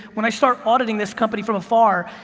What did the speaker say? when i start auditing this company from afar,